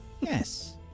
yes